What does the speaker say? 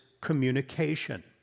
communication